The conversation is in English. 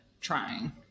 trying